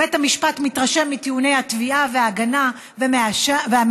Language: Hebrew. בית המשפט מתרשם מטיעוני התביעה וההגנה ומהנאשם.